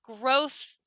growth